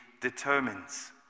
determines